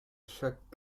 jacques